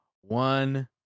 one